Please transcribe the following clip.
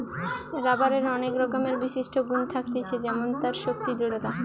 রাবারের অনেক রকমের বিশিষ্ট গুন থাকতিছে যেমন তার শক্তি, দৃঢ়তা